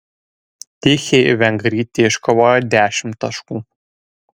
tichei vengrytė iškovojo dešimt taškų